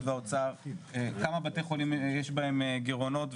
והאוצר כמה בתי חולים יש בהם גירעונות,